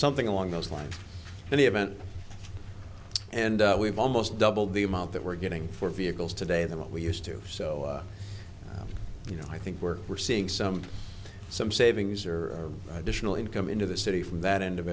something along those lines and they haven't and we've almost doubled the amount that we're getting for vehicles today than what we used to so you know i think we're we're seeing some some savings or additional income into the city from that end of